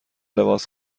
لباس